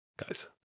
Guys